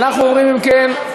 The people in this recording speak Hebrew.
אנחנו עוברים, אם כן,